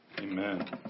Amen